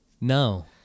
no